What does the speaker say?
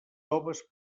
toves